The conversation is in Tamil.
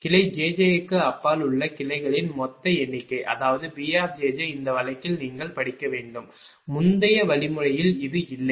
கிளை jj க்கு அப்பால் உள்ள கிளைகளின் மொத்த எண்ணிக்கை அதாவது B இந்த வழக்கில் நீங்கள் படிக்க வேண்டும் முந்தைய வழிமுறையில் இது இல்லை